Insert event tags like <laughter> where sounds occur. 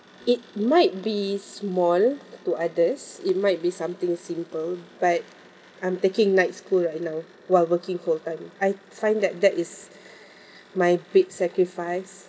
it might be small to others it might be something simple but I'm taking night school right now while working full time I find that that is <breath> my big sacrifice